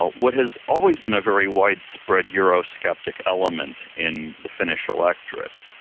but what has always been a very widespread euro-sceptic element in the finnish electorate.